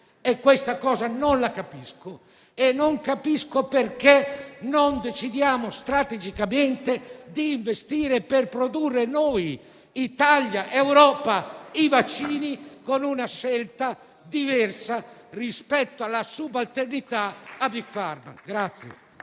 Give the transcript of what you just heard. e questa cosa non la capisco. E non capisco perché non decidiamo strategicamente di investire per produrre i vaccini in Italia e in Europa, con una scelta diversa rispetto alla subalternità alle Big Pharma.